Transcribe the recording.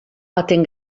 baten